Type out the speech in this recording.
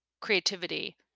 creativity